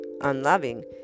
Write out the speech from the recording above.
unloving